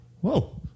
Whoa